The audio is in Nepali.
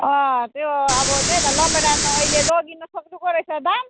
अँ त्यो अब त्यही त रामभेँडा त अहिले लगिनसक्नुको रहेछ दाम